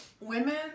Women